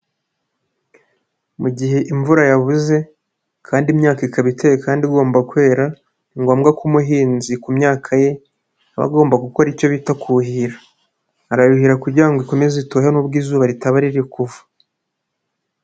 Mu gihe imvura yabuze kandi imyaka ikaba iteye kandi igomba kwera, ni ngombwa ko umuhinzi ku myaka ye aba agomba gukora icyo bita kuhira, arayuhira kugira ngo ikomeze itohe nubwo izuba ritaba riri kuva.